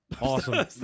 awesome